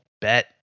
bet